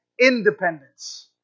independence